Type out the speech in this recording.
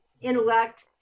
intellect